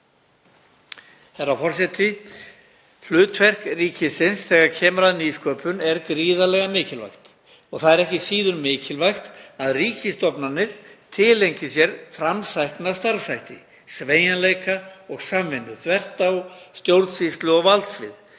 Herra forseti. Hlutverk ríkisins þegar kemur að nýsköpun er gríðarlega mikilvægt og það er ekki síður mikilvægt að ríkisstofnanir tileinki sér framsækna starfshætti, sveigjanleika og samvinnu þvert á stjórnsýslu- og valdsvið